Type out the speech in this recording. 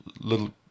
little